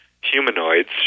humanoids